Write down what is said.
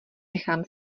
nechám